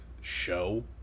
show